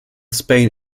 spain